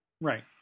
Right